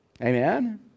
amen